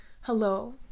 Hello